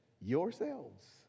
yourselves